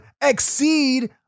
exceed